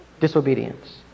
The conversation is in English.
disobedience